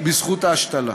בזכות ההשתלה.